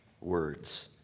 words